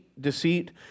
deceit